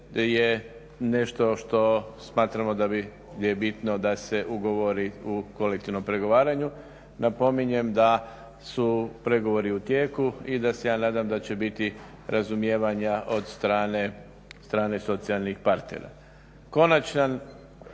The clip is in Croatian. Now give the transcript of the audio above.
jer je nešto što smatramo da je bitno da se ugovori u kolektivnom pregovaranju, napominjem da su pregovori u tijeku i da se ja nadam da će biti razumijevanja od strane od strane socijalnih partera. Konačno